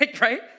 right